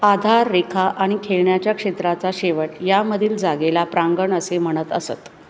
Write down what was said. आधार रेखा आणि खेळण्याच्या क्षेत्राचा शेवट यामधील जागेला प्रांगण असे म्हणत असत